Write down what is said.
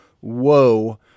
Whoa